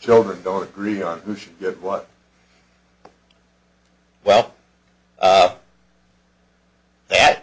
children don't agree on one well that